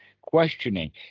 questioning